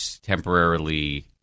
temporarily –